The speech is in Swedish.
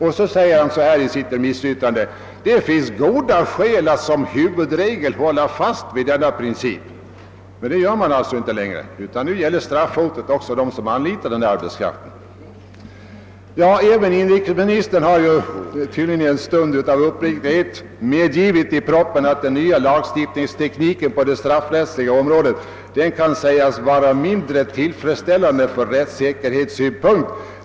I sitt remissyttrande säger riksåklagaren: »Det finns goda skäl att som huvudregel hålla fast vid denna princip.» Det gör man alltså inte nu längre, utan nu gäller straffhotet också dem som anlitar denna arbetskraft. Även inrikesministern har tydligen i en stund av uppriktighet i propositionen medgivit att den nya lagstiftningstekniken på det straffrättsliga området kan sägas vara mindre tillfredsställande från rättssäkerhetssynpunkt.